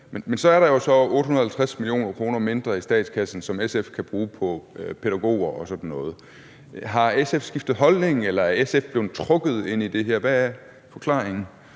Men så er der jo 850 mio. kr. mindre i statskassen, som SF kan bruge på pædagoger og sådan noget. Har SF skiftet holdning, eller er SF blevet trukket ind i det her? Hvad er forklaringen?